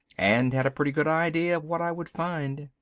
and had a pretty good idea of what i would find.